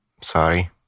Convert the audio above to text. Sorry